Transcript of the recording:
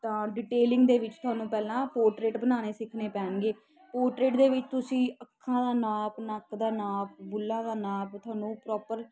ਤਾਂ ਡੀਟੇਲਿੰਗ ਦੇ ਵਿੱਚ ਤੁਹਾਨੂੰ ਪਹਿਲਾਂ ਪੋਰਟਰੇਟ ਬਣਾਉਣੇ ਸਿੱਖਣੇ ਪੈਣਗੇ ਪੋਰਟਰੇਟ ਦੇ ਵਿੱਚ ਤੁਸੀਂ ਅੱਖਾਂ ਦਾ ਨਾਪ ਨੱਕ ਦਾ ਨਾਪ ਬੁੱਲਾ ਦਾ ਨਾਪ ਤੁਹਾਨੂੰ ਉਹ ਪਰੋਪਰ